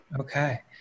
okay